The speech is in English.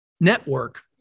network